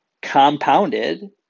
compounded